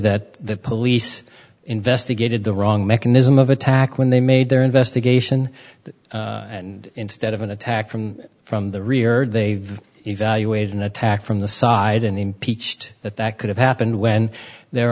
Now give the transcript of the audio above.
that the police investigated the wrong mechanism of attack when they made their investigation and instead of an attack from from the rear they've evaluated an attack from the side and the impeached that that could have happened when their